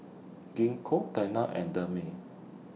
Gingko Tena and Dermale